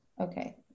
Okay